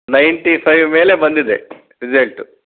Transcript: ninety five ಮೇಲೆ ಬಂದಿದೆ result